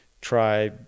try